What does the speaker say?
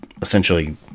Essentially